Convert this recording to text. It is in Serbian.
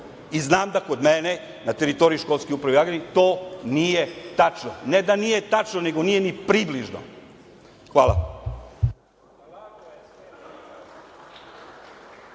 i znam da kod mene, na teritoriji ŠU Jagodina to nije tačno. Ne da nije tačno, nego nije ni približno. Hvala.